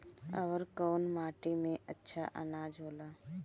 अवर कौन माटी मे अच्छा आनाज होला?